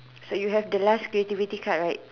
so you have the last day to rectified right